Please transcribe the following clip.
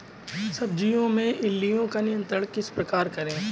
सब्जियों में इल्लियो का नियंत्रण किस प्रकार करें?